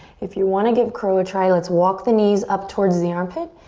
if you want to give crow a try let's walk the knees up towards the armpit.